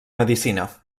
medicina